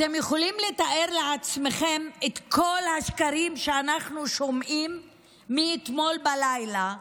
אתם יכולים לתאר לעצמכם את כל השקרים שאנחנו שומעים מאתמול בלילה.